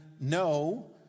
no